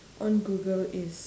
on google is